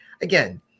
again